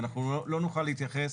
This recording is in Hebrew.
אנחנו לא נוכל להתייחס,